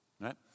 right